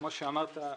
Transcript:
כמו שאמרת,